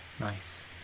Nice